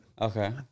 Okay